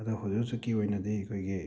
ꯑꯗꯨ ꯍꯧꯖꯤꯛ ꯍꯧꯖꯤꯛꯀꯤ ꯑꯣꯏꯅꯗꯤ ꯑꯩꯈꯣꯏꯒꯤ